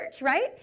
right